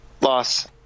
Loss